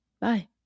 Bye